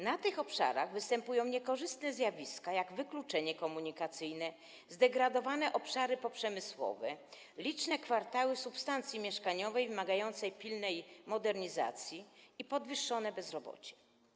Na tych obszarach występują niekorzystne zjawiska, jak wykluczenie komunikacyjne, zdegradowanie obszarów poprzemysłowych, liczne kwartały substancji mieszkaniowej wymagającej pilnej modernizacji i podwyższone bezrobocie.